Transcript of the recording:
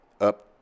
up